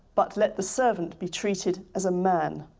but let the servant be treated as a man,